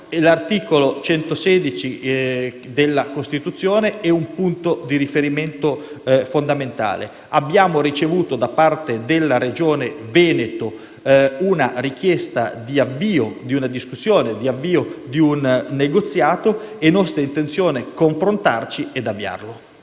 l'articolo 116 della Costituzione è un punto di riferimento fondamentale. Abbiamo ricevuto da parte della Regione Veneto la richiesta di avvio di una discussione e di un negoziato. È nostra intenzione confrontarci e avviarlo.